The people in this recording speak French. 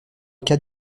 cas